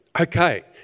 Okay